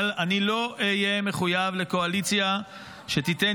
אבל אני לא אהיה מחויב לקואליציה שתיתן